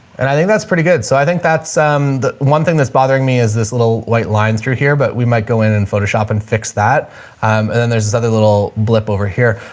and i think that's pretty good. so i think that's um the one thing that's bothering me is this little white line through here, but we might go in and photoshop and fix that um and then there's this other little blip over here.